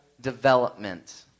development